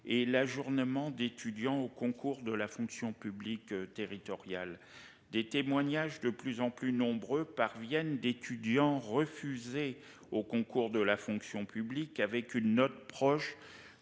et l'ajournement d'étudiants au concours de la fonction publique territoriale. Des témoignages de plus en plus nombreux parviennent d'étudiants refusés au concours de la fonction publique avec une note proche